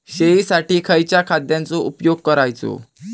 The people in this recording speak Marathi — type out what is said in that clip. शेळीसाठी खयच्या खाद्यांचो उपयोग करायचो?